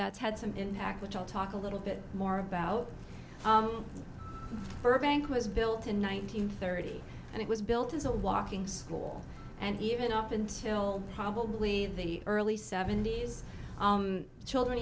that's had some impact which i'll talk a little bit more about burbank was built in one thousand thirty and it was built as a walking school and even up until probably the early seventy's children